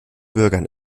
bürgern